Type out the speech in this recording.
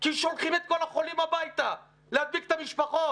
כי שולחים את כל החולים הביתה, להדביק את המשפחות.